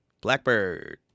Blackbird